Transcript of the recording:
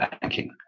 banking